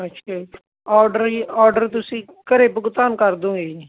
ਅੱਛਾ ਜੀ ਓਰਡਰ ਜੀ ਓਰਡਰ ਤੁਸੀਂ ਘਰ ਭੁਗਤਾਨ ਕਰ ਦੋਗੇ ਜੀ